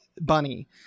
Bunny